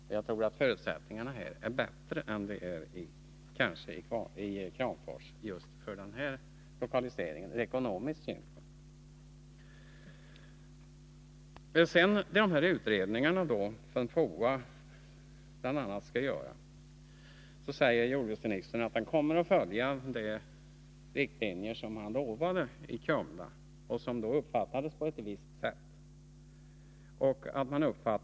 Och jag tror att förutsättningarna för lokaliseringen av just en metanolanläggning ur ekonomisk synpunkt är bättre i Kvarntorp än i Kramfors. När det gäller de utredningar som bl.a. FOA skall göra säger jordbruksministern att han kommer att följa de riktlinjer som han utlovade i Kumla och som då uppfattades på ett visst sätt.